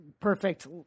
perfect